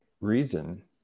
reason